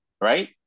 right